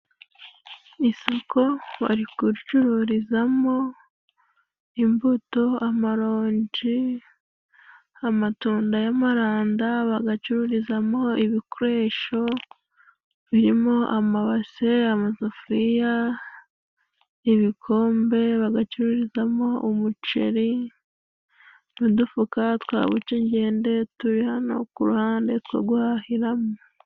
Isoko bari gucururizamo imbuto amarogi, amatunda y'amaranda, bagacururizamo ibikoresho birimo: amabase, amasafuriya, ibikombe, bagacururizamo umuceri, udufuka twabucegende turi hano kuruhande two guhahiramo.